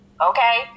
okay